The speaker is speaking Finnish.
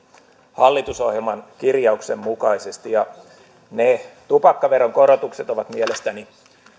hallitusohjelman kirjauksen mukaisesti ja ne tupakkaveron korotukset ovat mielestäni